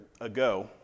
ago